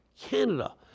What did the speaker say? Canada